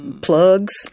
plugs